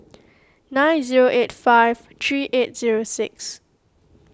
nine zero eight five three eight zero six